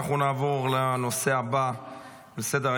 אנחנו נעבור לנושא הבא בסדר-היום,